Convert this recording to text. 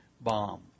bomb